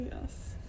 Yes